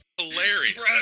hilarious